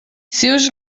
seus